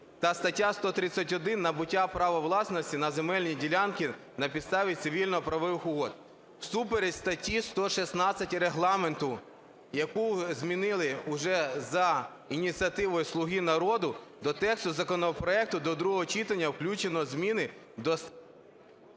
та стаття 131 – набуття права власності на земельні ділянки на підставі цивільно-правових угод. Всупереч статті 116 Регламенту, яку змінили вже за ініціативою "Слуги народу", до тексту законопроекту до другого читання включено зміни до...